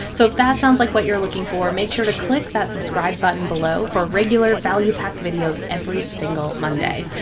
so if that sounds like what you're looking for, make sure to click that subscribe button below for regular value packed videos every single monday.